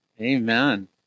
Amen